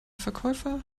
verkäufer